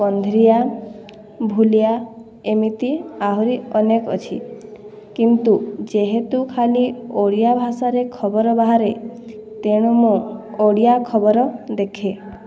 କନ୍ଧ୍ରିୟା ଭୂଲିୟା ଏମିତି ଆହୁରି ଅନେକ ଅଛି କିନ୍ତୁ ଯେହେତୁ ଖାଲି ଓଡ଼ିଆ ଭାଷାରେ ଖବର ବାହାରେ ତେଣୁ ମୁଁ ଓଡ଼ିଆ ଖବର ଦେଖେ